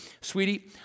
sweetie